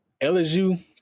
LSU